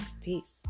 peace